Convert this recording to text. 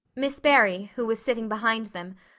miss barry, who was sitting behind them,